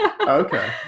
Okay